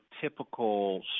typical